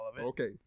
Okay